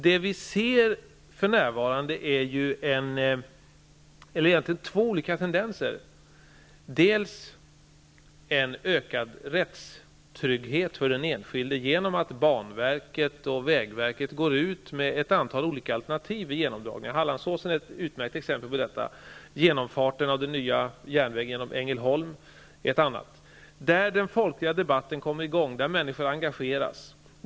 Det vi ser för närvarande är en tendens. Det är en ökad rättstrygghet för den enskilde, genom att banverket och vägverket går ut med ett antal olika alternativ vid sådana här projekt. Byggandet av en tunnel genom Hallandsåsen är ett utmärkt exempel på detta. Den nya genomfarten för järnvägen genom Ängelholm är ett annat. Den folkliga debatten kommer i gång och människor engageras.